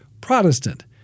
Protestant